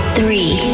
three